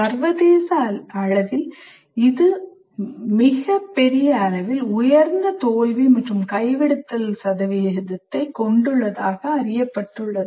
சர்வதேச அளவில் இது மிக உயர் தோல்வி மற்றும் கைவிடுதல் சதவீதத்தைக் கொண்டுள்ளதாக இது அறியப்பட்டுள்ளது